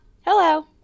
Hello